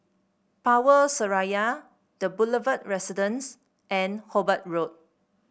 Power Seraya The Boulevard Residence and Hobart Road